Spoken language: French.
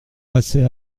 passer